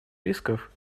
рисков